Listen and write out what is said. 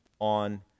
on